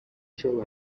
show